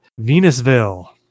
venusville